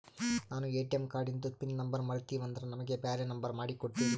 ನಾನು ಎ.ಟಿ.ಎಂ ಕಾರ್ಡಿಂದು PIN number ಮರತೀವಂದ್ರ ನಮಗ ಬ್ಯಾರೆ ನಂಬರ್ ಮಾಡಿ ಕೊಡ್ತೀರಿ?